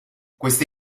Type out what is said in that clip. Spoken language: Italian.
queste